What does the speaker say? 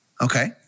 Okay